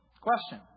Question